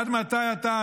עד מתי אתה,